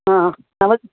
हा ह वद्